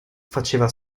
faceva